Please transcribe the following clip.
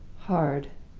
hard,